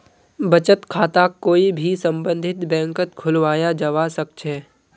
बचत खाताक कोई भी सम्बन्धित बैंकत खुलवाया जवा सक छे